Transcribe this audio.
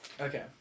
Okay